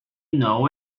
know